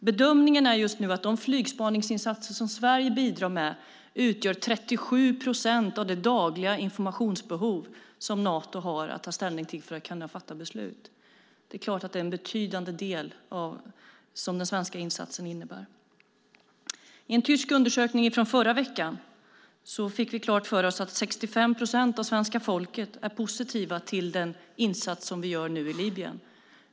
Bedömningen är just nu att de flygspaningsinsatser som Sverige bidrar med utgör 37 procent av det dagliga informationsbehov som Nato har att ta ställning till för att kunna fatta beslut. Det är klart att det är en betydande del som den svenska insatsen innebär. I en tysk undersökning från förra veckan fick vi klart för oss att 65 procent av svenska folket är positiva till den insats som vi gör nu i Libyen.